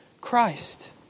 Christ